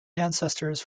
ancestors